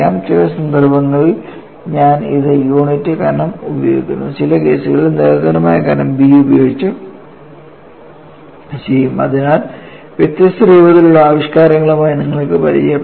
ചില സന്ദർഭങ്ങളിൽ ഞാൻ ഇത് യൂണിറ്റ് കനം ഉപയോഗിക്കും ചില കേസുകൾ നിരന്തരമായ കനം B ഉപയോഗിച്ച് ഞാൻ ചെയ്യും അതിനാൽ വ്യത്യസ്ത രൂപത്തിലുള്ള ആവിഷ്കാരങ്ങളുമായി നിങ്ങൾക്ക് പരിചയപ്പെടാം